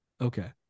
Okay